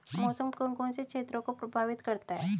मौसम कौन कौन से क्षेत्रों को प्रभावित करता है?